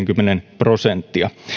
kymmenen viiva kaksikymmentä prosenttia